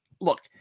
look